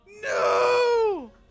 No